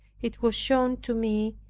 it was shown to me,